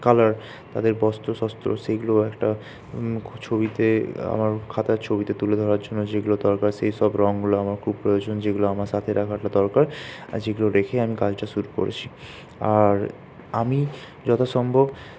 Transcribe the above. colour তাদের বস্ত্র সস্ত্র সেগুলো একটা ছবিতে আমার খাতার ছবিতে তুলে ধরার জন্য যেগুলো দরকার সেইসব রংগুলো আমার খুব প্রয়োজন যেগুলো আমার সাথে রাখা দরকার আর যেগুলো রেখেই আমি কাজটা শুরু করেছি আর আমি যত সম্ভব